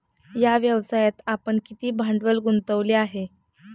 या व्यवसायात आपण किती भांडवल गुंतवले आहे?